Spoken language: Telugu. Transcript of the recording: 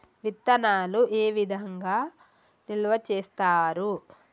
విత్తనాలు ఏ విధంగా నిల్వ చేస్తారు?